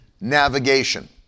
navigation